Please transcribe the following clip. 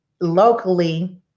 locally